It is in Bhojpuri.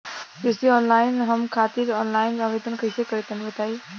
हम कृषि खातिर आनलाइन आवेदन कइसे करि तनि बताई?